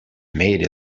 made